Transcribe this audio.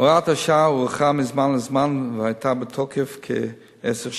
הוראת השעה הוארכה מזמן לזמן והיתה בתוקף כעשר שנים.